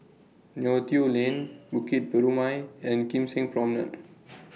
Neo Tiew Lane Bukit Purmei and Kim Seng Promenade